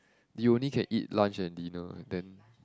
you only can eat lunch and dinner then